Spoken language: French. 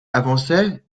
avançait